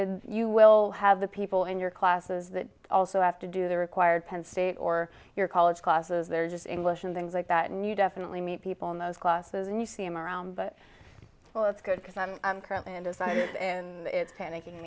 ed you will have the people in your classes that also have to do the required penn state or your college classes there just english and things like that and you definitely meet people in those classes and you see them around but well it's good because i'm currently into science and it's panicking